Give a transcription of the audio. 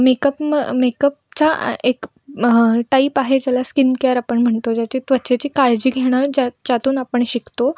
makeup म मेकअपचा एक म टाईप आहे ज्याला स्किन केअर आपण म्हणतो ज्याची त्वचेची काळजी घेणं ज्या ज्यातून आपण शिकतो